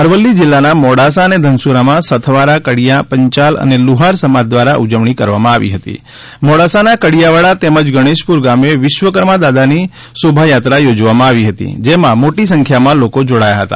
અરવલ્લી જિલ્લાના મોડાસા અને ધનસુરામાં સથવારા કડિયાપંચાલ અને લુહાર સમાજ દ્વારા ઉજવણી કરવામાં આવી હતી મોડાસાના કડિયાવાડા તેમજ ગણેપુર ગામે વિશ્વકર્માદાદાની શોભાયાત્રા યોજવામાં આવી હતી જેમાં મોટી સંખ્યામાં લોકો જોડાયા હતા